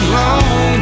long